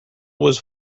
was